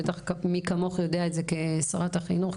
ומי כמוך יודע את זה כשרת חינוך,